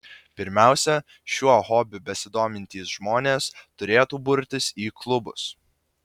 pirmiausia šiuo hobiu besidomintys žmonės turėtų burtis į klubus